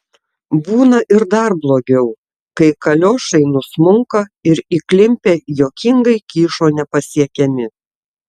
būna ir dar blogiau kai kaliošai nusmunka ir įklimpę juokingai kyšo nepasiekiami